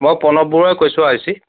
মই প্ৰণৱ বৰুৱাই কৈছোঁ আই চি